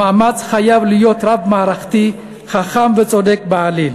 המאמץ חייב להיות רב-מערכתי, חכם וצודק בעליל.